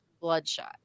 Bloodshot